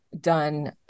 done